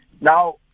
Now